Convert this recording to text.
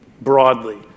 broadly